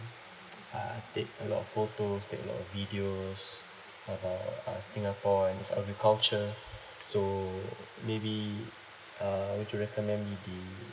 uh take a lot photos take a lot of videos of uh uh singapore and it's agriculture so maybe uh would you recommend me the